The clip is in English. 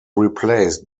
replaced